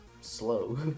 slow